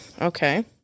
okay